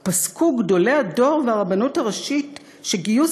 פסקו גדולי הדור והרבנות הראשית שגיוס